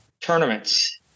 tournaments